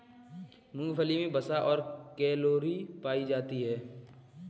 मूंगफली मे वसा और कैलोरी पायी जाती है